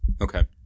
Okay